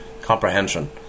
comprehension